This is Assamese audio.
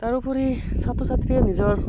তাৰোপৰি ছাত্ৰ ছাত্ৰীয়ে নিজৰ